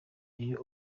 iyo